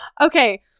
Okay